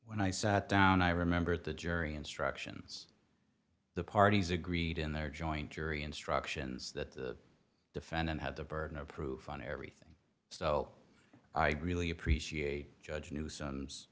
when i sat down i remembered the jury instructions the parties agreed in their joint jury instructions that the defendant had the burden of proof on everything so i really appreciate judge new